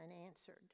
unanswered